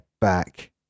back